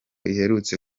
iherutse